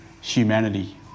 humanity